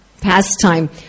pastime